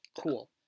Cool